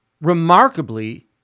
remarkably